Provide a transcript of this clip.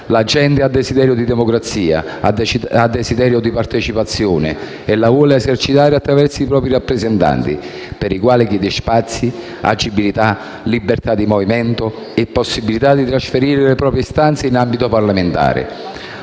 La gente ha desiderio di democrazia, ha desiderio di partecipazione e la vuole esercitare attraverso i propri rappresentanti, per i quali chiede spazi, agibilità, libertà di movimento e possibilità di trasferire le proprie istanze in ambito parlamentare: